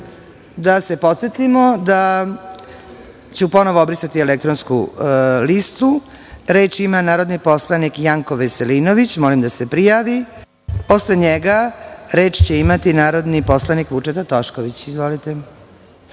da se podsetimo da ću ponovo obrisati elektronsku listu. Reč ima narodni poslanik Janko Veselinović. Molim da se prijavi. Posle njega reč će imati narodni poslanik Vučeta Tošković. Izvolite.